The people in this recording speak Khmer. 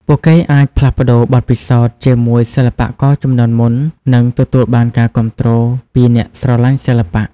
ពួកគេអាចផ្លាស់ប្តូរបទពិសោធន៍ជាមួយសិល្បករជំនាន់មុន និងទទួលបានការគាំទ្រពីអ្នកស្រឡាញ់សិល្បៈ។